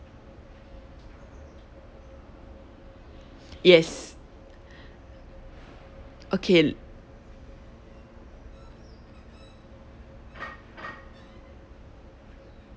yes okay